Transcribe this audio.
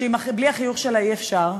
שבלי החיוך שלה אי-אפשר.